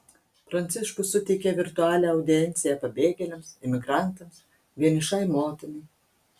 pranciškus suteikė virtualią audienciją pabėgėliams imigrantams vienišai motinai